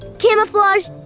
camouflage.